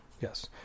Yes